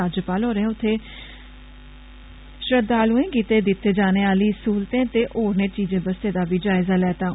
राज्यपाल होरें उत्थे श्रद्वालुएं गित्तै दित्ते जाने आह्ली सहुलतें ते होरनें चीजें बसतें दा बी जायजा लैत्ता